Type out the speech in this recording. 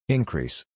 Increase